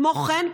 כמו כן,